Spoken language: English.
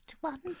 one